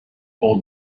old